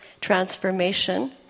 transformation